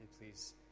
Please